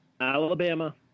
Alabama